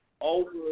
over